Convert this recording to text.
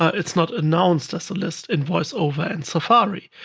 it's not announced as a list in voiceover and safari.